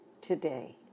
today